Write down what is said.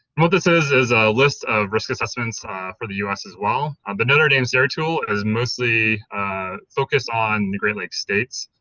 what this is is a list of risk assessments for the us as well, um but notre dame's air tool is mostly focused on the great lakes states,